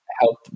help